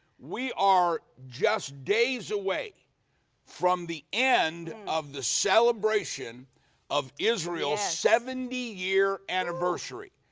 we are just days away from the end of the celebration of israel's seventy year anniversary.